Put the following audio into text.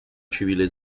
civile